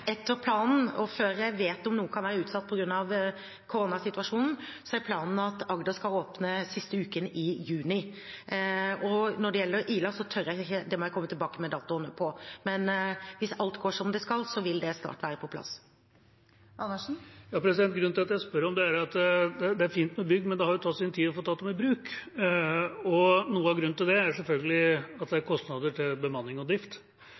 etter planen – og før jeg vet om noe kan være utsatt på grunn av koronasituasjonen – skal Agder åpne den siste uken i juni. Når det gjelder Ila, tør jeg ikke si det – det må jeg komme tilbake med datoen på. Men hvis alt går som det skal, vil det snart være på plass. Grunnen til at jeg spør om det, er at det er fint med bygg, men det har tatt sin tid å få tatt dem i bruk. Noe av grunnen til det er selvfølgelig at det er kostnader til bemanning og drift.